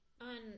on